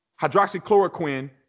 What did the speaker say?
Hydroxychloroquine